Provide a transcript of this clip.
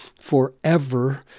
forever